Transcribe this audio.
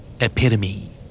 Epitome